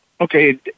okay